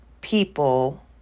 people